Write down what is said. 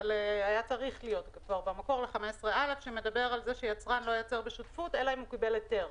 הייתה ל-15(א) שמדבר על כך שיצרן לא ייצר בשותפות אלא אם הוא קיבל היתר.